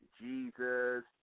Jesus